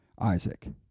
Isaac